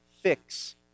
fix